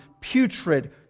putrid